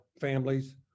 families